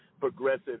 progressive